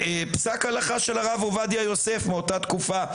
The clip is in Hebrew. פסק הלכה של הרב עובדיה יוסף מאותה תקופה.